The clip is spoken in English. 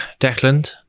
Declan